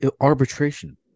arbitration